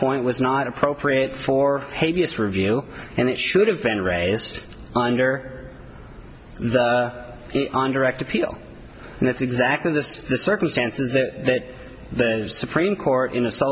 point was not appropriate for her b s review and it should have been raised under the on direct appeal and that's exactly the circumstances that the supreme court in